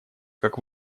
как